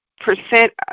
percent